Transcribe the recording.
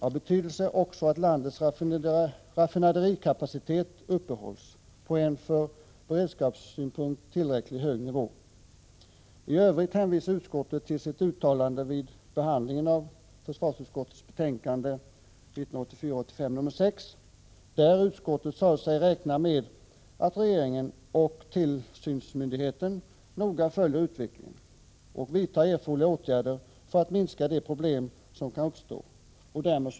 Av betydelse är också att landets raffinaderikapacitet upprätthålls på en ur beredskapssynpunkt tillräckligt hög nivå. I övrigt hänvisar utskottet till sitt uttalande i försvarsutskottets betänkande 1984/85:6, där utskottet sade sig räkna med att regeringen och tillsynsmyndigheten noga följer utvecklingen och vidtar erforderliga åtgärder för att minska de problem som kan uppstå.